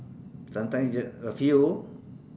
sometime you get a few